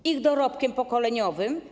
Z ich dorobkiem pokoleniowym?